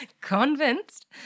convinced